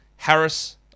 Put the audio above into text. Harris